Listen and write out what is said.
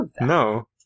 no